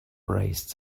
braced